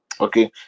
Okay